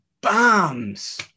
bombs